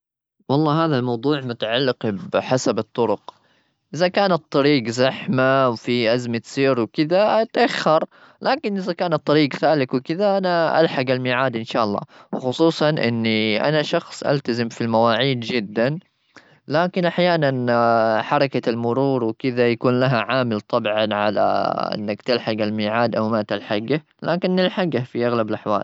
والله هذا الموضوع متعلق بحسب الطرق. إذا كان الطريق زحمة وفي أزمة سير وكذا، أتأخر. لكن إذا كان الطريق سالك وكذا، أنا الحق الميعاد إن شاء الله. خصوصا إني أنا شخص ألتزم في المواعيد جدا. لكن أحيانا حركة المرور وكذا يكون لها عامل طبعا على إنك تلحق الميعاد أو ما تلحقه. لكن نلحقه في أغلب الأحوال.